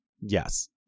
Yes